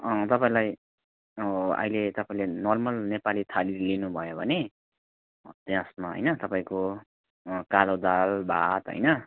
अँ तपाईँलाई अहिले तपाईँले नर्मल नेपाली थाली लिनुभयो भने त्यसमा होइन तपाईँको कालो दाल भात होइन